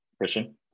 Christian